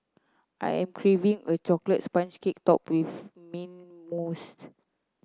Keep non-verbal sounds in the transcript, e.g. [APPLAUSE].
I am craving a chocolate sponge cake topped with mint [UNINTELLIGIBLE]